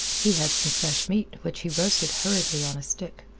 he had some fresh meat, which he roasted hurriedly on a stick.